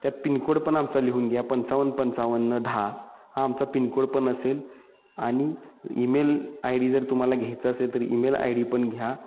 त्यात पिनकोड पण आमचा लिहून घ्या पंचावन्न पंचावन्न दहा हा आमचा पिनकोड पण असेल आणि ईमेल आय डी जर तुम्हाला घ्यायचं असेल तर ईमेल आय डी पण घ्या